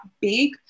big